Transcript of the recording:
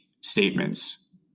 statements